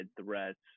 threats